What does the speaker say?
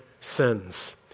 sins